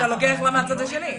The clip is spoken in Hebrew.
אתה לוקח לה מהצד השני.